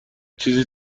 چیزی